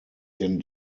denn